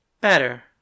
Better